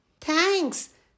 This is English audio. Thanks